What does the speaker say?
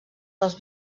dels